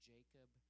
Jacob